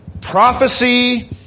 prophecy